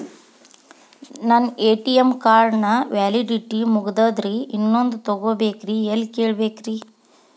ನನ್ನ ATM card ನ validity ಮುಗದದ್ರಿ ಇನ್ನೊಂದು ತೊಗೊಬೇಕ್ರಿ ಎಲ್ಲಿ ಕೇಳಬೇಕ್ರಿ?